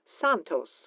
Santos